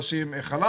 קיבלו אנשים חל"ת,